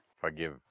Forgive